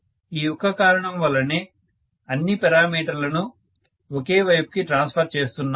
ఈ ఒక్క కారణం వల్లనే అన్నీ పారామీటర్ లను ఒకే వైపుకి ట్రాన్స్ఫర్ చేస్తున్నాము